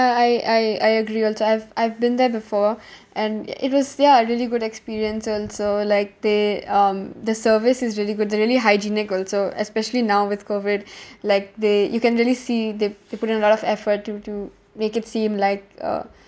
I I I agree also I've I've been there before and it was ya really good experience also like they um the service is really good they're really hygienic also especially now with COVID like they you can really see they they put in a lot of effort to to make it seem like uh